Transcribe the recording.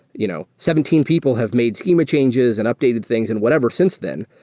you know seventeen people have made schema changes and updated things and whatever since then.